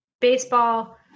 baseball